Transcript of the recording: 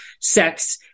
sex